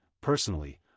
personally